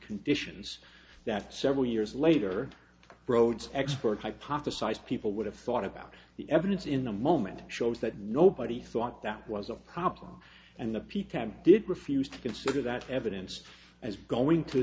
conditions that several years later rhodes experts hypothesized people would have thought about the evidence in a moment shows that nobody thought that was a problem and the peak of did refuse to consider that evidence as going to